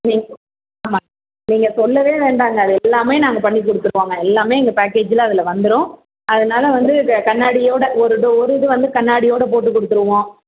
நீங்கள் ஆமாம் நீங்கள் சொல்லவே வேண்டாம்ங்க அது எல்லாமே நாங்கள் பண்ணிக் கொடுத்துருவோங்க எல்லாமே எங்கள் பேக்கேஜில் அதில் வந்துரும் அதனால வந்து க கண்ணாடியோட ஒரு டோ ஒரு இது வந்து கண்ணாடியோட போட்டுக் கொடுத்துருவோம்